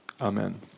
Amen